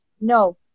no